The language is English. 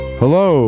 hello